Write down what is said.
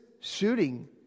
shooting